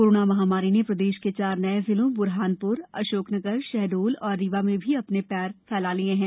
corona महामारी ने प्रदेश के चार नए जिलों ब्रहान र अशोकनगर शहडोल और रीवा में भी अ ने पैर फैला लिए हैं